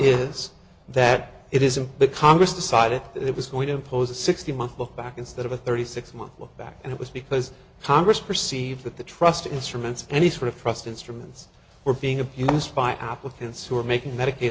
is that it isn't the congress decided that it was going to impose a sixty month look back instead of a thirty six month look back and it was because congress perceived that the trust instruments any sort of trust instruments were being abused by applicants who were making medica